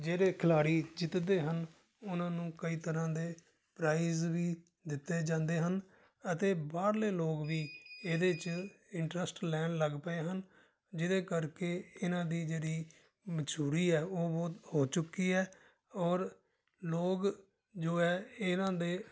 ਜਿਹੜੇ ਖਿਲਾੜੀ ਜਿੱਤਦੇ ਹਨ ਉਹਨਾਂ ਨੂੰ ਕਈ ਤਰ੍ਹਾਂ ਦੇ ਪ੍ਰਾਈਜ਼ ਵੀ ਦਿੱਤੇ ਜਾਂਦੇ ਹਨ ਅਤੇ ਬਾਹਰਲੇ ਲੋਕ ਵੀ ਇਹਦੇ 'ਚ ਇੰਟਰਸਟ ਲੈਣ ਲੱਗ ਪਏ ਹਨ ਜਿਹਦੇ ਕਰਕੇ ਇਹਨਾਂ ਦੀ ਜਿਹੜੀ ਮਸ਼ਹੂਰੀ ਹੈ ਉਹ ਵੋ ਚੁੱਕੀ ਹੈ ਔਰ ਲੋਕ ਜੋ ਹੈ ਇਹਨਾਂ ਦੇ